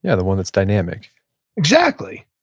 yeah the one that's dynamic exactly.